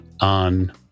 on